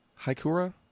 Haikura